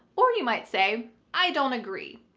or you might say, i don't agree.